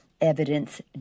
evidence